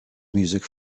music